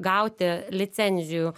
gauti licenzijų